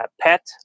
pet